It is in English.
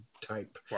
type